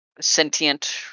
sentient